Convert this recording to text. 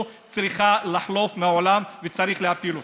צריכה לחלוף מהעולם וצריך להפיל אותה.